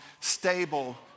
stable